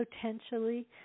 potentially